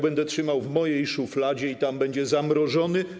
Będę go trzymał w mojej szufladzie i tam będzie zamrożony.